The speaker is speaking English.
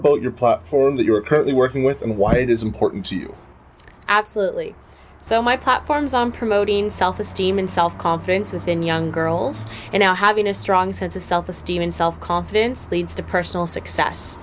about your platform that you are currently working with and why it is important to you absolutely so my platforms on promoting self esteem and self confidence within young girls and now having a strong sense of self esteem and self confidence leads to personal success